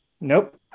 Nope